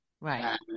Right